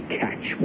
catch